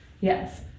Yes